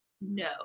No